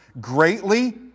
Greatly